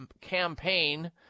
campaign